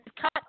cut